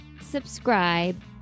subscribe